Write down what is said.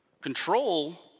Control